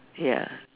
ya